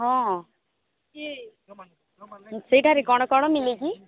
ହଁ ସେଇଠାରେ କଣ କଣ ମିଳେ କି